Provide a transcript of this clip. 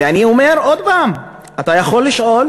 ואני אומר עוד פעם, אתה יכול לשאול